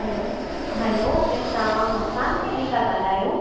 हलो hello की तव्हां मुस्कान दीदी था ॻाल्हायो